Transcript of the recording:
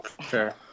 sure